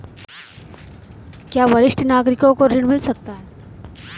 क्या वरिष्ठ नागरिकों को ऋण मिल सकता है?